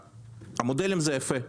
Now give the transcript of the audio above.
מודלים זה יפה,